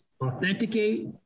authenticate